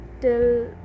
till